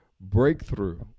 breakthrough